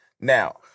Now